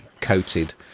coated